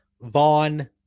Vaughn